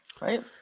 right